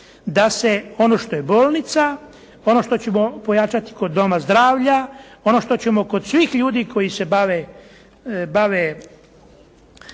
da se ono što je bolnica, ono što ćemo pojačati kod doma zdravlja, ono što ćemo kod svih ljudi koji se bave